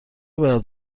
باید